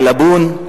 עילבון,